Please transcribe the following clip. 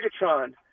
Megatron